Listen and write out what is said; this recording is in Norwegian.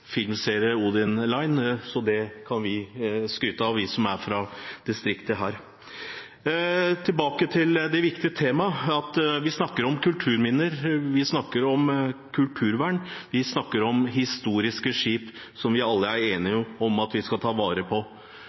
Line», så det kan vi skryte av, vi som er fra distriktet her. Tilbake til det viktige temaet. Vi snakker om kulturminner, vi snakker om kulturvern, vi snakker om historiske skip som vi alle er enige om at vi skal ta vare på.